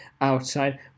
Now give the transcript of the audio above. outside